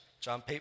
John